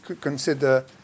consider